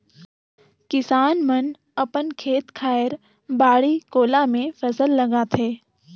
किसान मन अपन खेत खायर, बाड़ी कोला मे फसल लगाथे